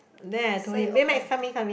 then I told him Baymax come in come in